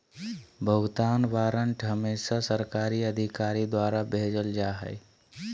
भुगतान वारन्ट हमेसा सरकारी अधिकारी द्वारा भेजल जा हय